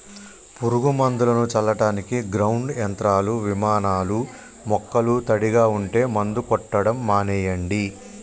పురుగు మందులను చల్లడానికి గ్రౌండ్ యంత్రాలు, విమానాలూ మొక్కలు తడిగా ఉంటే మందు కొట్టడం మానెయ్యండి